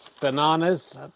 Bananas